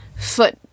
Foot